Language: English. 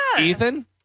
Ethan